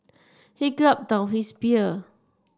he gulped down his beer